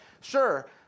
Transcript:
sure